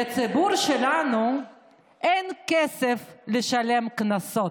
לציבור שלנו אין כסף לשלם קנסות.